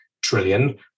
trillion